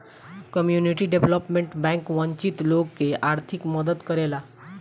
community development bank वंचित लोग के आर्थिक मदद करेला